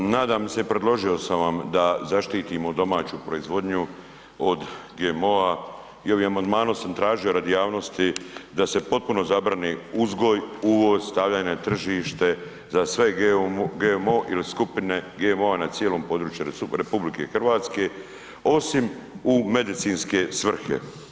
Nadam se i predložio sam vam da zaštitimo domaću proizvodnju od GMO-a i ovim amandmanom sam tražio radi javnosti da se potpuno zabrani uzgoj, uvoz, stavljanje na tržište za sve GMO ili skupine GMO-a na cijelom području RH osim u medicinske svrhe.